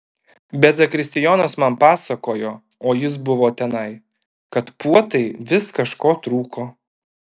bet zakristijonas man pasakojo o jis buvo tenai kad puotai vis kažko trūko